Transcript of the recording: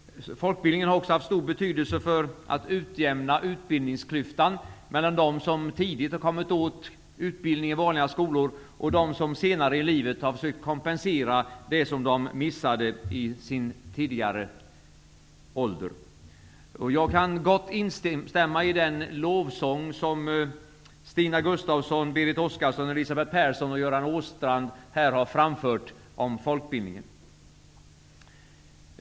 Folkbildningen har också haft stor betydelse för att utjämna utbildningsklyftan mellan de som tidigt har kommit åt utbildning i vanliga skolor och de som senare i livet har försökt kompensera det som de missade i sin tidigare ålder. Jag kan gott instämma i den lovsång som Stina Gustavsson, Åstrand här har framfört om folkbildningen.